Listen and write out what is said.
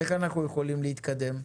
איך נוכל להתקדם?